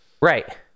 right